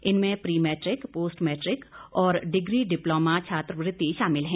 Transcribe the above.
इनमें pre matric post matric और degree diploma छात्रवृत्ति शामिल है